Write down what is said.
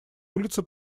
улицы